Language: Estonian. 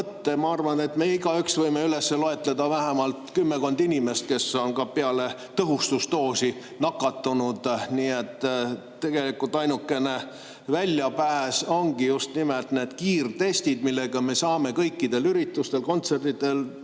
Ma arvan, et meist igaüks võib üles lugeda vähemalt kümmekond inimest, kes on peale tõhustusdoosi nakatunud. Tegelikult ainukene väljapääs ongi just nimelt need kiirtestid, millega me saame kõikidel üritustel, kontsertidel,